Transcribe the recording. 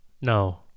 No